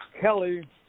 Kelly